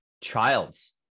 child's